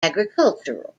agricultural